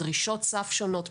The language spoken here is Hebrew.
דרישות סף שונות,